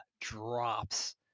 drops